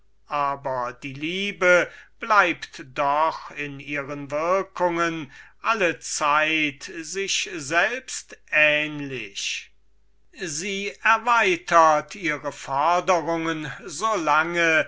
aber die liebe bleibt doch in ihren würkungen allezeit sich selbst ähnlich sie erweitert ihre foderungen so lange